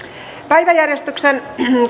päiväjärjestyksen